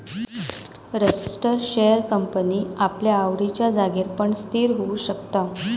register share company आपल्या आवडिच्या जागेर पण स्थिर होऊ शकता